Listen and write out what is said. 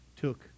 took